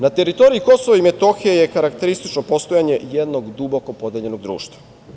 Na teritoriji Kosova i Metohije je karakteristično postojanje jednog duboko podeljenog društva.